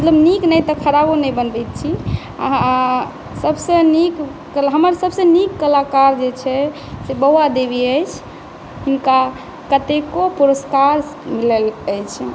मतलब नीक नहितँ खराबो नहि बनबैत छी हमर सबसॅं नीक कलाकार जे छे से बौआ देवी अछि हुनका कतेको पुरसकार मिलल अछि